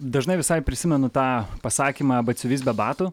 dažnai visai prisimenu tą pasakymą batsiuvys be batų